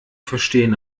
verstehen